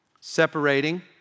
separating